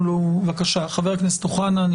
חבר הכנסת אוחנה, בבקשה.